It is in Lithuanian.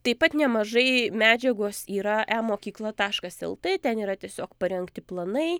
taip pat nemažai medžiagos yra e mokykla taškas lt ten yra tiesiog parengti planai